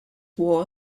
war